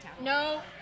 no